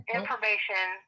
information